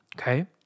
okay